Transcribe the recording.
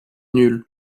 nulle